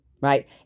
right